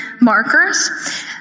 markers